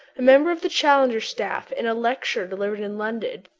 a member of the challenger staff, in a lecture delivered in london,